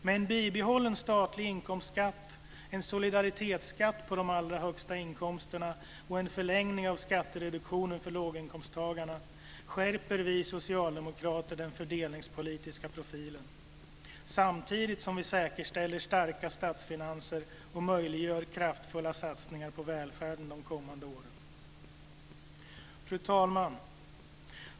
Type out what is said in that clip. Med en bibehållen statlig inkomstskatt, en solidaritetsskatt på de allra högsta inkomsterna och en förlängning av skattereduktionen för låginkomsttagarna skärper vi socialdemokrater den fördelningspolitiska profilen, samtidigt som vi säkerställer starka statsfinanser och möjliggör kraftfulla satsningar på välfärden de kommande åren. Fru talman!